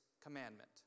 commandment